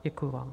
Děkuji vám.